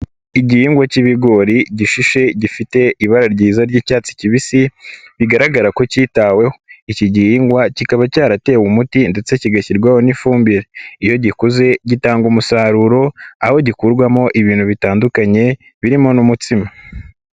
Igihingwa cy'ibigori gishishe gifite ibara ryiza ry'icyatsi kibisi bigaragara ko cyitaweho, iki gihingwa kikaba cyaratewe umuti ndetse kigashyirwaho n'ifumbire, iyo gikuze gitanga umusaruro aho gikurwamo ibintu bitandukanye birimo n'umutsima.